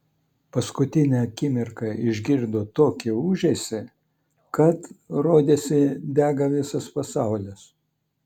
paskutinę akimirką išgirdo tokį ūžesį kad rodėsi dega visas pasaulis